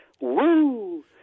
Woo